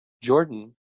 Jordan